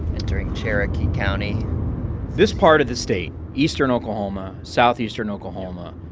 entering cherokee county this part of the state, eastern oklahoma, southeastern oklahoma,